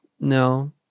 No